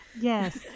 Yes